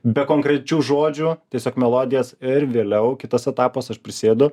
be konkrečių žodžių tiesiog melodijas ir vėliau kitas etapas aš prisėdu